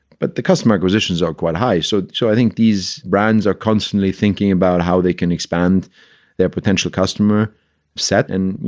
but the customer acquisitions are quite high. so. so i think these brands are constantly thinking about how they can expand their potential customer set. and, you